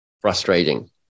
frustrating